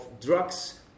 drugs